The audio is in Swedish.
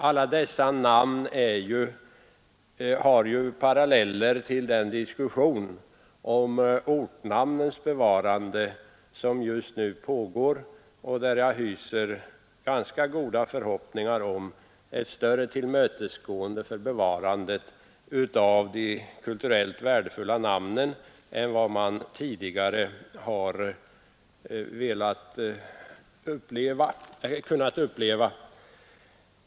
Alla dessa namn har paralleller i den diskussion om ortnamnens bevarande som just nu pågår och där jag hyser ganska goda förhoppningar om ett större tillmötesgående för bevarandet av de kulturellt värdefulla namnen än vad man tidigare har kunnat uppleva.